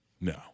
No